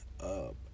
up